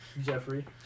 Jeffrey